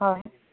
হয়